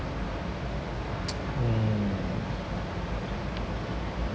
mm